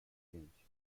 ciencia